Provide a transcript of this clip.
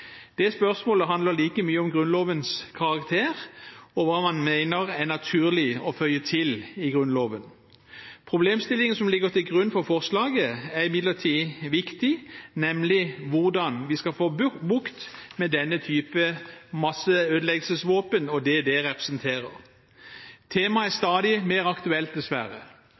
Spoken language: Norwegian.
Det spørsmålet handler like mye om Grunnlovens karakter og hva man mener er naturlig å føye til i Grunnloven. Problemstillingen som ligger til grunn for forslaget, er imidlertid viktig, nemlig hvordan vi skal få bukt med denne type masseødeleggelsesvåpen, og det de representerer. Temaet er stadig mer aktuelt, dessverre.